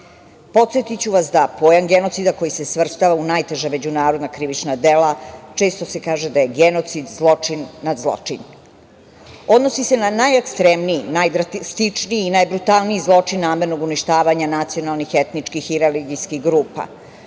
pokušati. Podsetiću vas da pojam genocida koji se svrstava u najteža međunarodna krivična dela često se kaže da je genocid zločin nad zločinima. Odnosi se na najekstremniji, najdrastičniji i najbrutalniji zločin namernog uništavanja nacionalnih, etničkih i religijskih grupa.